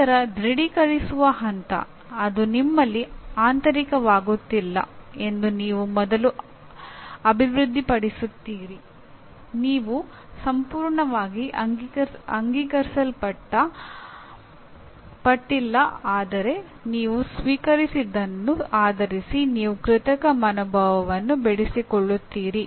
ನಂತರ ದೃಢೀಕರಿಸುವ ಹಂತ ಅದು ನಿಮ್ಮಲ್ಲಿ ಆಂತರಿಕವಾಗುತ್ತಿಲ್ಲ ಎಂದು ನೀವು ಮೊದಲು ಅಭಿವೃದ್ಧಿಪಡಿಸುತ್ತೀರಿ ನೀವು ಸಂಪೂರ್ಣವಾಗಿ ಅಂಗೀಕರಿಸಲ್ಪಟ್ಟಿಲ್ಲ ಆದರೆ ನೀವು ಸ್ವೀಕರಿಸಿದದನ್ನು ಆಧರಿಸಿ ನೀವು ಕೃತಕ ಮನೋಭಾವವನ್ನು ಬೆಳೆಸಿಕೊಳ್ಳುತ್ತೀರಿ